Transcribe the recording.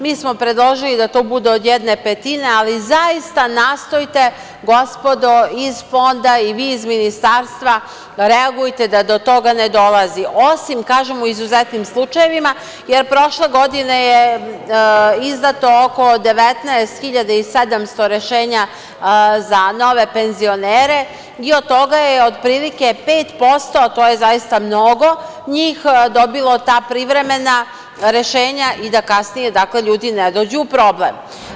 Mi smo predložili da to bude od jedne petine, ali zaista nastojte, gospodo iz Fonda i vi iz Ministarstva, reagujte da do toga ne dolazi, osim, kažem, u izuzetnim slučajevima, jer prošle godine je izdato oko 19.700 rešenja za nove penzionere i od toga je otprilike 5%, a to je zaista mnogo, njih dobilo ta privremena rešenja i da kasnije ljudi ne dođu u problem.